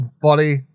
body